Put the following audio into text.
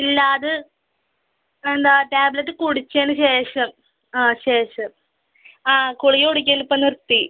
ഇല്ലാത് എന്താ ടാബ്ലെറ്റ് കുടിച്ചതിന് ശേഷം ആ ശേഷം ആ ഗുളിക കുടിക്കലിപ്പം നിർത്തി